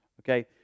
okay